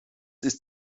ist